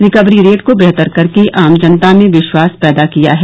recovery rate को बेहतर करके आम जनता में विश्वास पैदा किया है